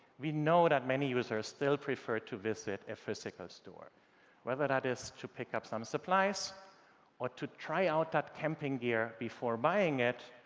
we know that many users still prefer to visit a physical store whether that is to pick up some supplies or to try out that camping gear before buying it,